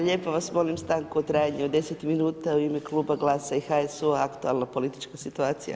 Lijepo vas molim stanku u trajanju od 10 minuta, u ime Kluba GLAS-a i HSU-u, aktualna politička situacija.